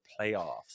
playoffs